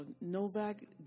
Novak